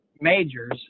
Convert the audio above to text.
majors